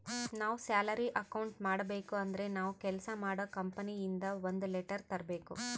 ನಾವ್ salary account ಮಾಡಬೇಕು ಅಂದ್ರೆ ನಾವು ಕೆಲ್ಸ ಮಾಡೋ ಕಂಪನಿ ಇಂದ ಒಂದ್ ಲೆಟರ್ ತರ್ಬೇಕು